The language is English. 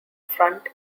front